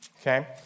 Okay